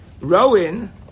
Rowan